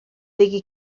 digui